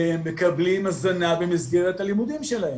מקבלים הזנה במסגרת הלימודים שלהם.